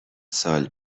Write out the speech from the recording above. سال